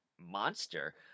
monster